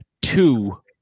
two